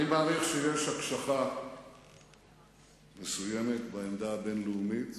אני מעריך שיש הקשחה מסוימת בעמדה הבין-לאומית,